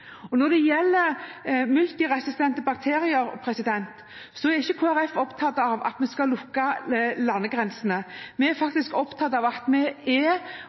mangle. Når det gjelder multiresistente bakterier, er ikke Kristelig Folkeparti opptatt av at vi skal lukke landegrensene. Vi er opptatt av